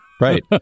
Right